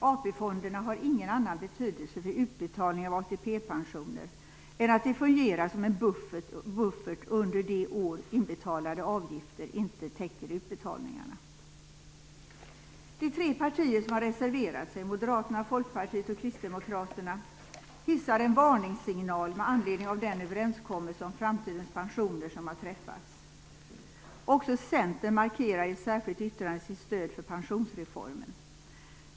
AP-fonderna har ingen annan betydelse för utbetalningen av ATP-pensioner än att de fungerar som en buffert under de år då inbetalade avgifter inte täcker utbetalningarna. De tre partier som har reserverat sig - Moderaterna, Folkpartiet och Kristdemokraterna - hissar en varningssignal med anledning av den överenskommelse om framtidens pensioner som har träffats. Också Centern markerar i ett särskilt yttrande sitt stöd för pensionsreformen.